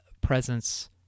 presence